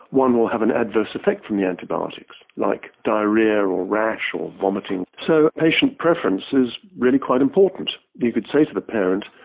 one will have an adverse effect from the antibiotics, like diarrhoea or a rash or vomiting. so patient preference is really quite important. you could say to the parent,